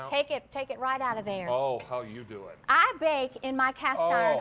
take it take it right out of there. oh, how you doin'? i bake in my cast-iron